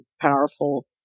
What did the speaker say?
powerful